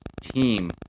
team